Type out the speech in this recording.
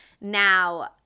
Now